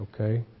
Okay